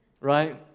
right